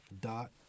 dot